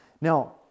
Now